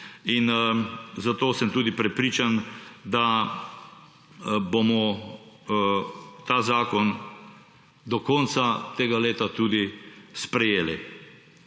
in zato sem tudi prepričan, da bomo ta zakon do konca tega leta tudi sprejeli.